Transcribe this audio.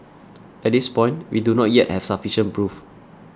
at this point we do not yet have sufficient proof